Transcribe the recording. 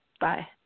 Bye